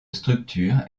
structure